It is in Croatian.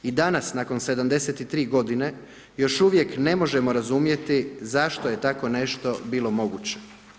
I danas nakon 73 godine još uvijek ne možemo razumjeti zašto je tako nešto bilo moguće.